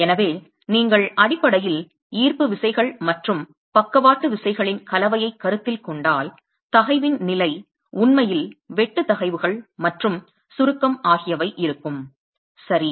எனவே நீங்கள் அடிப்படையில் ஈர்ப்பு விசைகள் மற்றும் பக்கவாட்டு விசைகளின் கலவையை கருத்தில் கொண்டால் தகைவின் நிலை உண்மையில் வெட்டு தகைவுகள் மற்றும் சுருக்கம் ஆகியவை இருக்கும் சரி